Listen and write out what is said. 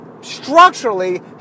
structurally